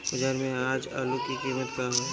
बाजार में आज आलू के कीमत का होई?